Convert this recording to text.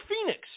phoenix